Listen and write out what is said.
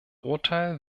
urteil